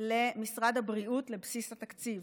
למשרד הבריאות, לבסיס התקציב,